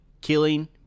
killing